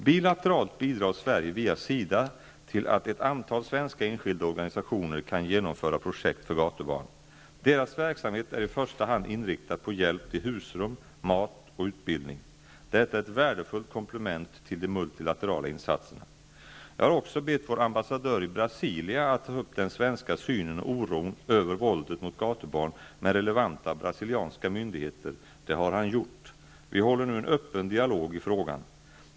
Bilateralt bidrar Sverige via SIDA till att ett antal svenska enskilda organisationer kan genomföra projekt för gatubarn. Deras verksamhet är i första hand inriktad på hjälp till husrum, mat och utbildning. Detta är ett värdefullt komplement till de multilaterala insatserna. Jag har också bett vår ambassadör i Brasilia att ta upp den svenska synen och oron över våldet mot gatubarn med relevanta brasilianska myndigheter. Det har han gjort. Vi håller nu en öppen dialog i frågan.